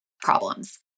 problems